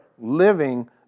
living